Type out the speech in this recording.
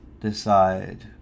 decide